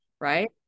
right